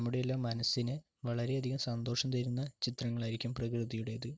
നമ്മുടെയെല്ലാം മനസ്സിന് വളരെയധികം സന്തോഷം തരുന്ന ചിത്രങ്ങൾ ആയിരിക്കും പ്രകൃതിയുടേത്